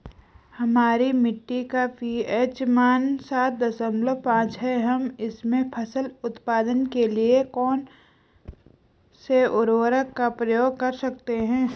हमारी मिट्टी का पी.एच मान सात दशमलव पांच है हम इसमें फसल उत्पादन के लिए कौन से उर्वरक का प्रयोग कर सकते हैं?